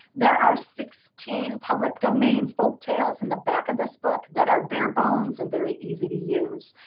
there are sixteen public domain folk tales in the back of this book that are bare bones and very easy to use.